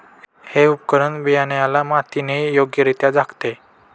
हे उपकरण बियाण्याला मातीने योग्यरित्या झाकते